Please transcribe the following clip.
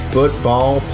Football